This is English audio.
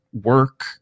work